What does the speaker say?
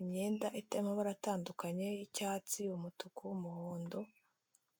imyenda iteyemo amabara atandukanye y'icyatsi, umutuku, umuhondo,